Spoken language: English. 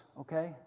okay